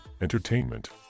entertainment